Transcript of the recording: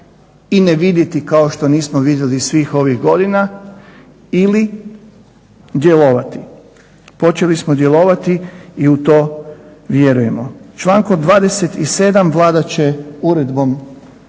i ne vidjeti kao što nismo vidjeli svih ovih godina ili djelovati. Počeli smo djelovati i u to vjerujemo. Člankom 27. Vlada će uredbom